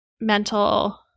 mental